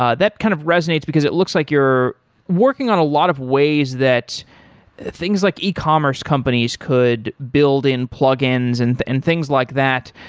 ah that kind of resonates because it looks like you're working on a lot of ways that things like e-commerce companies could build in plugins and and things like that.